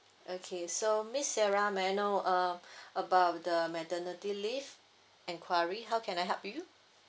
okay so miss sarah may I know uh about the maternity leave enquiry how can I help you